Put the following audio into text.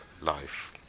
life